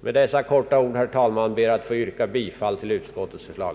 Med dessa få ord, herr talman, ber jag att få yrka bifall till utskottets förslag.